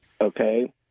Okay